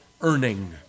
earning